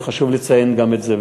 חשוב לציין גם את זה.